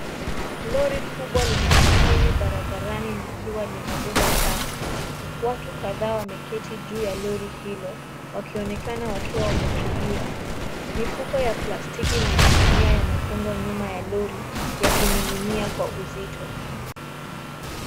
Lori kubwa linasafiri barabarani likiwa limebeba taka. Watu kadhaa wameketi juu ya lori hilo wakionekana wakiwa wametulia. Mifuko ya plastiki na magunia yamefungwa nyuma ya lori yakining'inia kwa uzito.